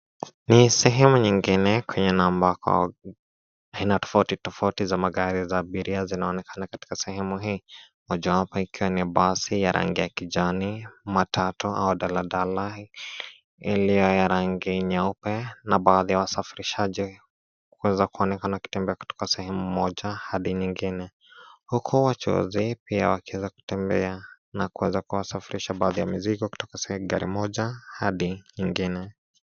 Ni sehemu nyingine kwenye aina tofauti tofauti za abiria zinaonenakana kwenye sehemu hii, mojawapo ikiwa ni basi ya rangi ya kijani matatu au daladala ile ya rangi nyeupe na baadhi ya wasafirishaji kuweza kuonekana wakitembea kutoka sehemu moja hadi nyingine huku wachuuzi pia wakiweza kutembea na kuweza kusafirisha baadhi ya mizigo kutoka sehemu moja hadi nyingine.